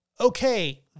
Okay